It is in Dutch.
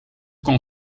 kon